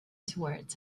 towards